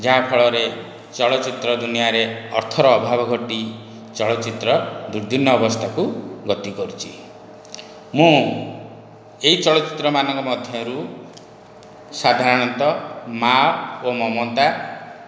ଯାହା ଫଳରେ ଚଳଚ୍ଚିତ୍ର ଦୁନିଆରେ ଅର୍ଥର ଅଭାବ ଘଟି ଚଳଚ୍ଚିତ୍ର ର୍ଦୁଦିନ ଅବସ୍ଥାକୁ ଗତି କରୁଛି ମୁଁ ଏହି ଚଳଚ୍ଚିତ୍ର ମାନଙ୍କ ମଧ୍ୟରୁ ସାଧାରଣତଃ ମା ଓ ମମତା